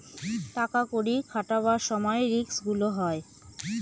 টাকা কড়ি খাটাবার সময় রিস্ক গুলো হয়